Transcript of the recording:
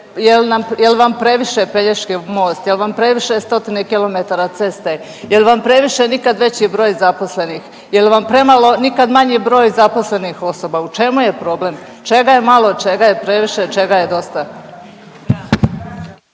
jel vam previše Pelješki most, jel vam previše stotine kilometara ceste, jel previše nikad veći broj zaposlenih, jel vam premalo nikad manji broj zaposlenih osoba? U čemu je problem? Čega i malo čega je previše čega je dosta.